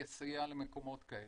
יסייע למקומות כאלה.